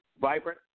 vibrant